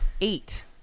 eight